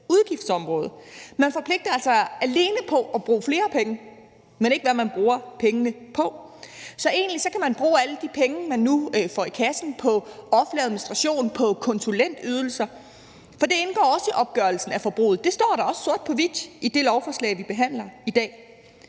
Man forpligtes altså alene på at bruge flere penge, men ikke på, hvad man bruger pengene på. Så egentlig kan man bruge alle de penge, man nu får i kassen, på offentlig administration, på konsulentydelser, for det indgår også i opgørelsen af forbruget. Det står der også sort på hvidt i det lovforslag, vi behandler i dag.